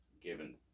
given